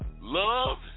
love